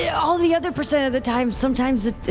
yeah all the other percent of the time, sometimes it,